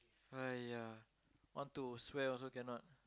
!aiya! want to swear also cannot